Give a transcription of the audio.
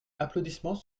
applaudissements